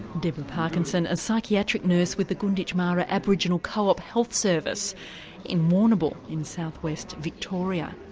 deborah parkinson, a psychiatric nurse with the gunditjmara aboriginal co-op health service in warrnambool in southwest victoriawendy